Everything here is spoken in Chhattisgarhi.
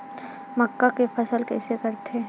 मक्का के फसल कइसे करथे?